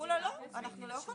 אך הוא מסוגל בעצמו להסכים,